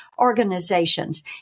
Organizations